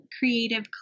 creative